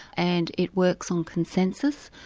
and it works on consensus.